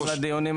בטוח